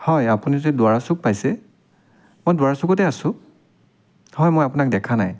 হয় আপুনি যদি দুৱৰাচুক পাইছে মই দুৱৰাচুকতে আছোঁ হয় মই আপোনাক দেখা নাই